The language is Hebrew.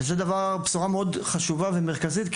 וזו בשורה מאוד חשובה ומרכזית.